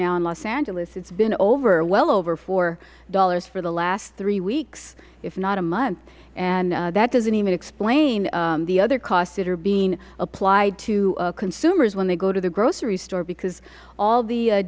now in los angeles it has been over well over four dollars for the last three weeks if not a month and that doesn't even explain the other costs that are being applied to consumers when they go to the grocery store because all the